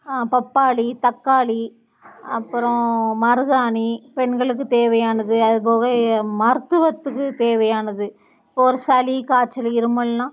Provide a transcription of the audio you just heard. பப்பாளி தக்காளி அப்புறம் மருதாணி பெண்களுக்கு தேவையானது அதுபோக ஏ மருத்துவத்துக்கு தேவையானது இப்போ ஒரு சளி காய்ச்சல் இருமல்னா